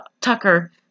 Tucker